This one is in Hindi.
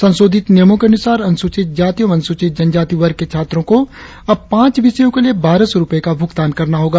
संशोधित नियमों के अनुसार अनुसूचित जाति एवं अनुसूचित जनजाति वर्ग के छात्रों को अब पांच विषयों के लिए बारह सौ रुपये का भ्रगतान करना होगा